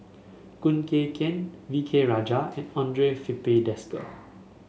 Khoo Kay Hian V K Rajah and Andre Filipe Desker